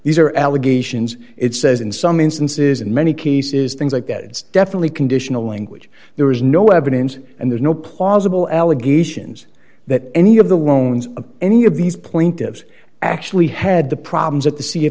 are allegations it says in some instances in many cases things like that it's definitely conditional language there is no evidence and there's no plausible allegations that any of the loans of any of these plaintiffs actually had the problems at the see